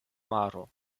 maro